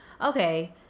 okay